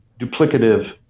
duplicative